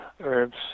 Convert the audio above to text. herbs